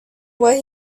what